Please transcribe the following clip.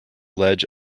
ledge